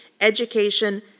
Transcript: education